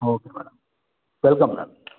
okay madam welcome madam